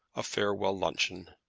a farewell luncheon.